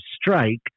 strike